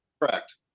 Correct